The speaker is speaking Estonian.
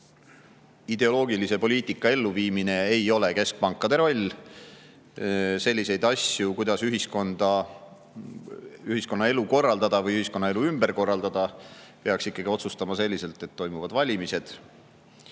ideoloogilise poliitika elluviimine ei ole keskpankade roll. Selliseid asju, kuidas ühiskonnaelu korraldada või ühiskonnaelu ümber korraldada, peaks ikkagi otsustama selliselt, et toimuvad valimised.